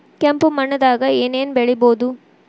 ಕೆಂಪು ಮಣ್ಣದಾಗ ಏನ್ ಏನ್ ಬೆಳಿಬೊದು?